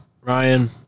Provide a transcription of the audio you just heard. Ryan